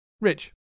Rich